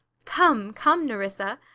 come, come, nerissa,